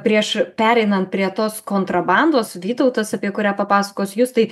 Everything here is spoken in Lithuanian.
prieš pereinant prie tos kontrabandos vytautas apie kurią papasakos justai